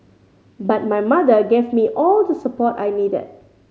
but my mother gave me all the support I needed